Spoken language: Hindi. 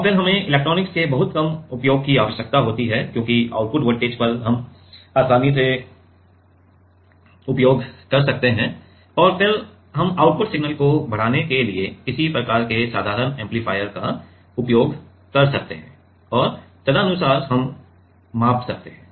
और फिर हमें इलेक्ट्रॉनिक्स के बहुत कम उपयोग की आवश्यकता होती है क्योंकि आउटपुट वोल्टेज पर आप आसानी से उपयोग कर सकते हैं और फिर हम आउटपुट सिग्नल को बढ़ाने के लिए किसी प्रकार के साधारण एम्पलीफायर का उपयोग कर सकते हैं और तदनुसार हम माप सकते हैं